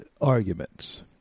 arguments